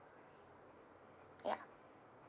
ya